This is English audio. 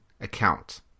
account